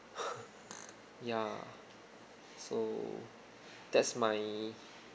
ya so that's my